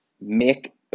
make